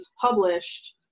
published